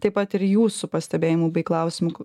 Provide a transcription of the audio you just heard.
taip pat ir jūsų pastebėjimų bei klausimų